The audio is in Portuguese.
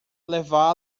levá